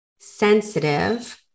sensitive